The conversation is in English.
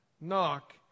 Knock